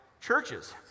churches